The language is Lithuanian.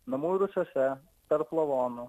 namų rūsiuose tarp lavonų